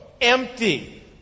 empty